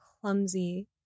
clumsy